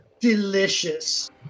Delicious